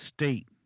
state